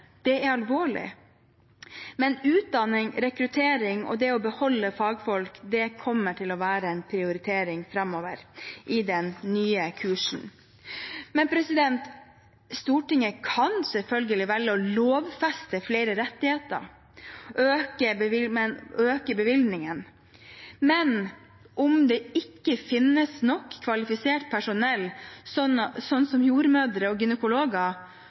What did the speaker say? å være en prioritering framover i den nye kursen. Stortinget kan selvfølgelig velge å lovfeste flere rettigheter og øke bevilgningene, men om det ikke finnes nok kvalifisert personell, som jordmødre og gynekologer,